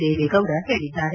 ದೇವೇಗೌಡ ಹೇಳಿದ್ದಾರೆ